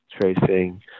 tracing